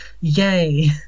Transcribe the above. yay